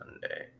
Sunday